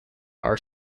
are